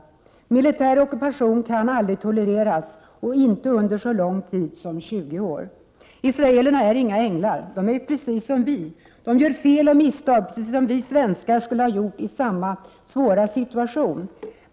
Militär ockupation kan aldrig tolereras, och inte under så lång tid som 20 år. Israelerna är inga änglar. De är som vi! De gör fel och misstag, liksom vi svenskar skulle ha gjort i samma svåra situation.